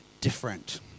different